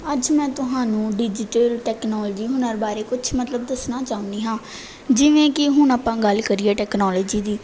ਅੱਜ ਮੈਂ ਤੁਹਾਨੂੰ ਡਿਜੀਟਲ ਟੈਕਨੋਲਜੀ ਹੁਨਰ ਬਾਰੇ ਕੁਛ ਮਤਲਬ ਦੱਸਣਾ ਚਾਹੁੰਦੀ ਹਾਂ ਜਿਵੇਂ ਕਿ ਹੁਣ ਆਪਾਂ ਗੱਲ ਕਰੀਏ ਟੈਕਨੋਲਜੀ ਦੀ